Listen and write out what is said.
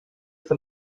von